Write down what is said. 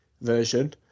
version